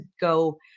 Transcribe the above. go